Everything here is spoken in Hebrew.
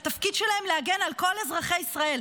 התפקיד שלהם הוא להגן על כל אזרחי ישראל.